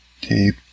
deep